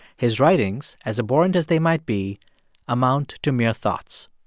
his writings as abhorrent as they might be amount to mere thoughts